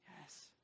Yes